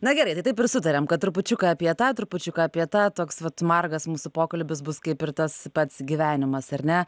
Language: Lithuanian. na gerai tai taip ir sutariam kad trupučiuką apie tą trupučiuką apie tą toks vat margas mūsų pokalbis bus kaip ir tas pats gyvenimas ar ne